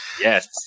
Yes